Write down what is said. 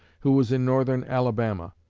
who was in northern alabama.